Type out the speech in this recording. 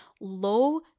low